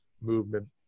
movement